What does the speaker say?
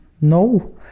no